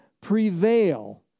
prevail